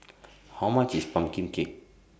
How much IS Pumpkin Cake